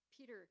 Peter